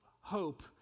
hope